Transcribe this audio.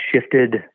shifted